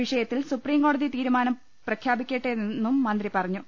വിഷ യത്തിൽ സുപ്രീംകോടതി തീരുമാനം പ്രഖ്യാപിക്കട്ടെയെന്നും മന്ത്രി പറഞ്ഞു